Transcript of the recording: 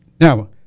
now